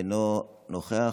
אינו נוכח,